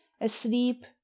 asleep